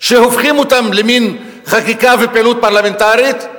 שהופכים אותן למין חקיקה ופעילות פרלמנטרית,